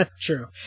True